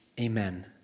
Amen